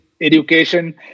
education